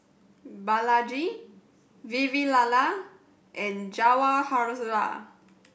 Balaji Vavilala and Jawaharlal